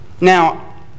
Now